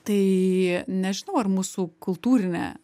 tai nežinau ar mūsų kultūrinė